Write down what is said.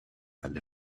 and